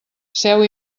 seu